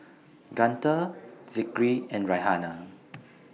Guntur Zikri and Raihana